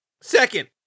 Second